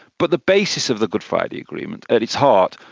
but the basis of the good friday agreement, at its heart,